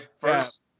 first